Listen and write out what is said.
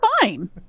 fine